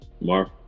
mark